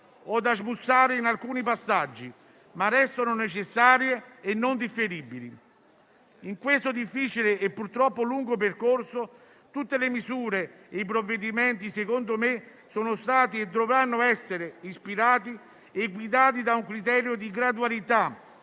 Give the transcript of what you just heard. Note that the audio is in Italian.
o da smussare in alcuni passaggi, ma necessarie e non differibili. In questo difficile e purtroppo lungo percorso tutte le misure e i provvedimenti - secondo me - sono stati e dovranno essere ispirati e guidati da un criterio di gradualità